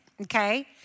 okay